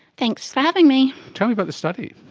thanks for having me. tell me about the study.